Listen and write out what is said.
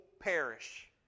perish